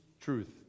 truth